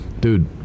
Dude